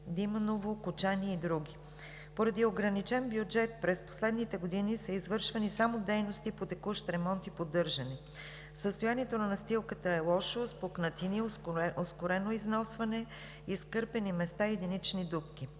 Диманово – Кочани и други. Поради ограничен бюджет през последните години са извършвани само дейности по текущ ремонт и поддържане. Състоянието на настилката е лошо, с пукнатини, ускорено износване, изкъртени места и единични дупки.